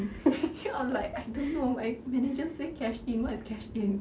and he keep on like I don't know my manager say cash in what is cash in